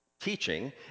teaching